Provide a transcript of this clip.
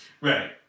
Right